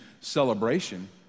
celebration